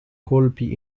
colpi